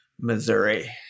Missouri